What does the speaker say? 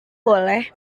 boleh